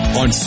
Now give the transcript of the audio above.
on